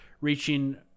reaching